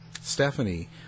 Stephanie